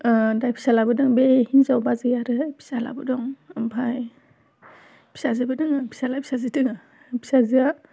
दा फिसालाबो दं बे हिनजाव बाजै आरो फिसालाबो दं ओमफाय फिसाजोबो दङ फिसाला फिसाजो दङ फिसाजोया